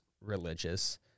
religious